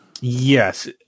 Yes